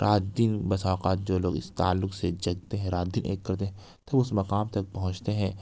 رات دن بسا اوقات جو لوگ اس تعلق سے جگتے ہیں رات دن ایک کرتے ہیں تو اس مقام تک پہنچتے ہیں